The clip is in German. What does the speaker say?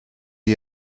die